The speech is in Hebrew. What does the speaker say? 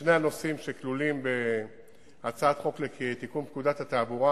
ששני הנושאים שכלולים בהצעת חוק לתיקון פקודת התעבורה,